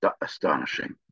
astonishing